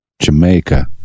Jamaica